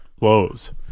lows